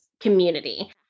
community